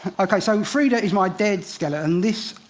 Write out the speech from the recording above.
okay, so frieda is my dead skeleton. this,